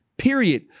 period